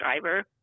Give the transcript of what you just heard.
driver